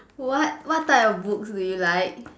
what what type of books would you like